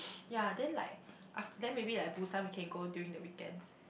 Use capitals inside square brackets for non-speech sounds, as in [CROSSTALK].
[COUGHS] yea then like after then maybe like Busan we can go during the weekends